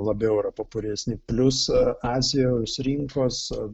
labiau yra populiaresni plius azijos rinkos